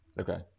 okay